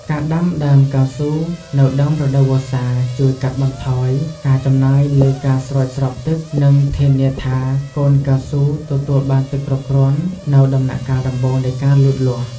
ការដាំដើមកៅស៊ូនៅដើមរដូវវស្សា ជួយកាត់បន្ថយការចំណាយលើការស្រោចស្រពទឹក និងធានាថាកូនកៅស៊ូទទួលបានទឹកគ្រប់គ្រាន់នៅដំណាក់កាលដំបូងនៃការលូតលាស់។